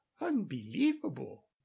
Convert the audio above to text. unbelievable